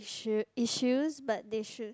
issu~ issues but they should